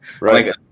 Right